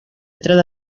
trata